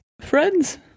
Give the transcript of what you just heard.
friends